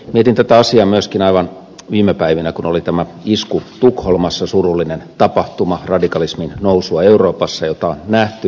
mietin tätä asiaa myöskin aivan viime päivinä kun oli tämä isku tukholmassa surullinen tapahtuma ja radikalismin nousua euroopassa jota on nähty